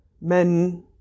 men